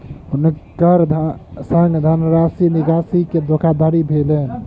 हुनकर संग धनराशि निकासी के धोखादड़ी भेलैन